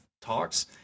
talks